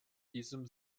diesem